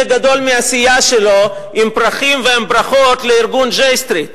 גדול מהסיעה שלו עם פרחים וברכות לארגון J Street,